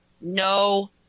no